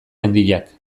handiak